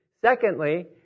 Secondly